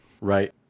Right